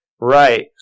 Right